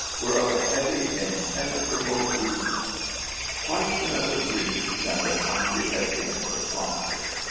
were of a heavy impenetrable rudeness quite another breed than the kindly hessians of frankfurt.